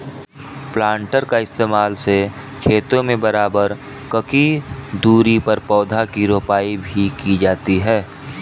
planter का इस्तेमाल से खेतों में बराबर ककी दूरी पर पौधा की रोपाई भी की जाती है